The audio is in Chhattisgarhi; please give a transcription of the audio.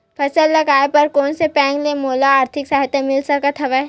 फसल लगाये बर कोन से बैंक ले मोला आर्थिक सहायता मिल सकत हवय?